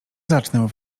zacznę